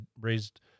raised